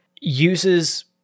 uses